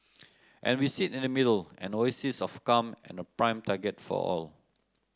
and we sit in the middle an oasis of calm and a prime target for all